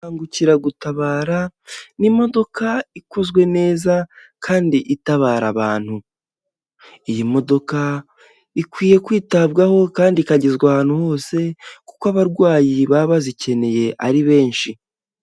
Imbangukiragutabara ni imodoka ikozwe neza kandi itabara abantu, iyi modoka ikwiye kwitabwaho kandi ikagezwa ahantu hose kuko abarwayi baba bazikeneye ari benshi.